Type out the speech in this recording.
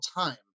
time